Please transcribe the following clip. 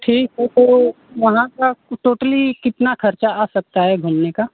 ठीक है तो वहाँ का टोटली कितना खर्चा आ सकता है घूमने का